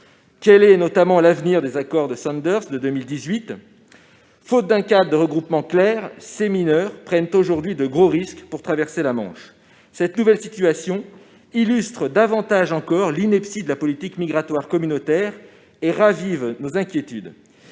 Quel est l'avenir des accords de Sandhurst de 2018 ? Faute d'un cadre de regroupement clair, ces mineurs prennent aujourd'hui de gros risques pour traverser la Manche. Cette nouvelle situation illustre davantage encore l'ineptie de la politique migratoire communautaire et ravive nos inquiétudes.